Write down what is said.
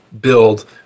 build